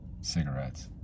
cigarettes